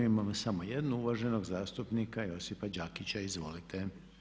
Imamo samo jednu, uvaženog zastupnika Josipa Đakića, izvolite.